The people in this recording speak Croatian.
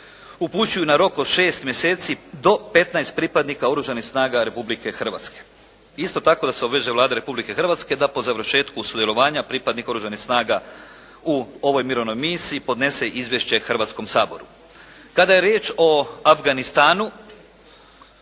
upućuju na rok od šest mjeseci do 15 pripadnika Oružanih snaga Republike Hrvatske. Isto tako, da se obvezuje Vlada Republike Hrvatske da po završetku sudjelovanja pripadnika Oružanih snaga u ovoj mirovnoj misiji podnese izvješće Hrvatskom saboru. Kada je riječ o Afganistanu